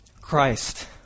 Christ